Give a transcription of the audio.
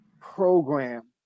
program